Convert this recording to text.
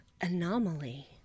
Anomaly